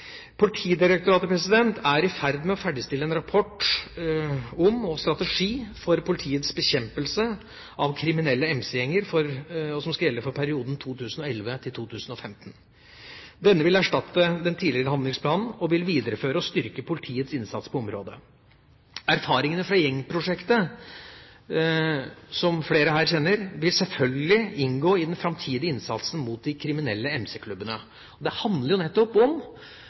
Politidirektoratet er i ferd med å ferdigstille en rapport om og strategi for politiets bekjempelse av kriminelle MC-gjenger, som skal gjelde for perioden 2011–2015. Denne vil erstatte den tidligere handlingsplanen og videreføre og styrke politiets innsats på området. Erfaringene fra gjengprosjektet, som flere her kjenner, vil selvfølgelig inngå i den framtidige innsatsen mot de kriminelle MC-klubbene. Det handler jo nettopp om